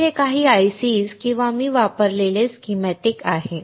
तर हे काही आयसी किंवा मी वापरलेले स्कीमॅटिक आहेत